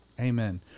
Amen